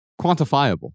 quantifiable